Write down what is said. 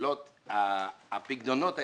שהפיקדונות הישנים,